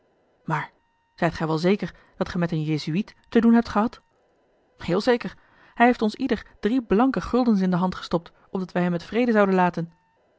maar zijt gij wel zeker dat ge met een jezuïet te doen hebt gehad heel zeker hij heeft ons ieder drie blanke guldens in de hand gestopt opdat wij hem met vrede zouden laten